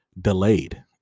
delayed